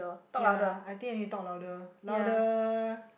ya I think I need to talk louder louder